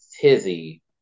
tizzy